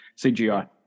CGI